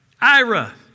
Ira